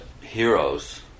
heroes